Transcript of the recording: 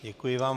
Děkuji vám.